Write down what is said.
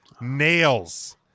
Nails